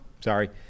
sorry